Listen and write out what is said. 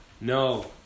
No